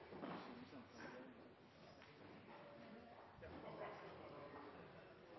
Siden jeg